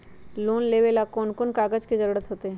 Loan लेवेला कौन कौन कागज के जरूरत होतई?